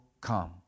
come